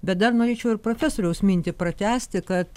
bet dar norėčiau ir profesoriaus mintį pratęsti kad